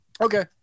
Okay